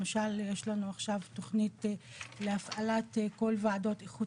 למשל יש לנו עכשיו תכנית להפעלת כל וועדות איכות